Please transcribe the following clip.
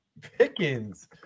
Pickens